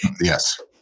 Yes